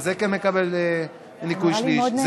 למה זה כן מקבל ניכוי שליש?